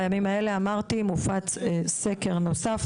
בימים האלה מופץ סקר נוסף,